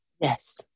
Yes